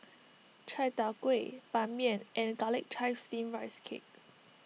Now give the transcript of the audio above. Chai Tow Kuay Ban Mian and Garlic Chives Steamed Rice Cake